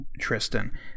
Tristan